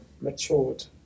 matured